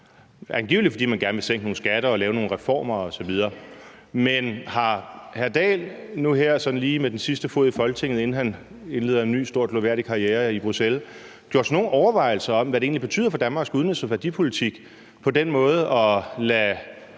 angiveligt, fordi man gerne vil sænke nogle skatter og lave nogle reformer osv., men har hr. Henrik Dahl nu her sådan lige med den sidste fod i Folketinget, inden han indleder en ny stor, glorværdig karriere i Bruxelles, gjort sig nogen overvejelser om, hvad det egentlig betyder for Danmarks udenrigs- og værdipolitik på den måde at lade